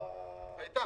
היתה.